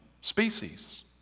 species